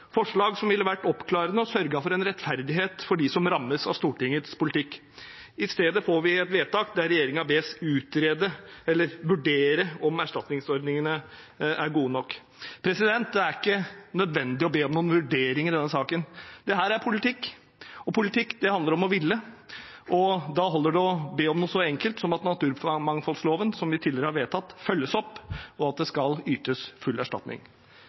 forslag som ville vært oppklarende og sørget for rettferdighet for dem som rammes av Stortingets politikk. I stedet får vi et vedtak der regjeringen bes om å vurdere om erstatningsordningene er gode nok. Det er ikke nødvendig å be om noen vurdering i denne saken. Dette er politikk. Politikk handler om å ville, og da holder det å be om noe så enkelt som at naturmangfoldloven, som vi tidligere har vedtatt, følges opp, og at det skal ytes full erstatning.